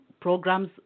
programs